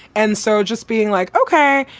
and so just being like, ok,